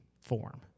form